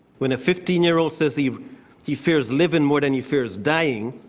when a fifteen year old says he he fears living more than he fears dying,